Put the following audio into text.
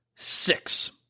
Six